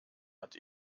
hat